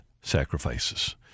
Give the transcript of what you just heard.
sacrifices